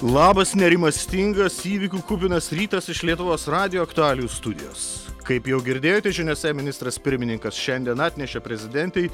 labas nerimastingas įvykių kupinas rytas iš lietuvos radijo aktualijų studijos kaip jau girdėjote žiniose ministras pirmininkas šiandien atnešė prezidentei